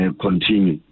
continue